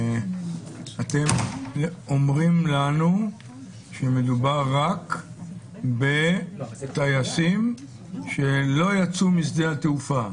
אתם אומרים לנו שמדובר רק בטייסים שלא יצאו משדה התעופה?